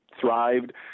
thrived